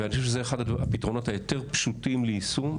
אני חושב שזה אחד הפתרונות היותר פשוטים ליישום,